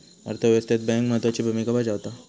अर्थ व्यवस्थेत बँक महत्त्वाची भूमिका बजावता